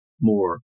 more